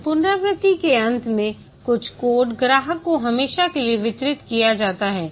एक पुनरावृत्ति के अंत में कुछ कोड ग्राहक को हमेशा के लिए वितरित किया जाता है